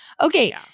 Okay